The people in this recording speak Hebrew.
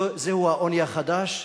זהו העוני החדש,